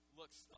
looks